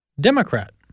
Democrat